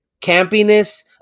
campiness